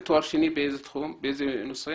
באיזה תחום את בוגרת תואר שני?